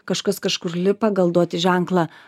kažkas kažkur lipa gal duoti ženklą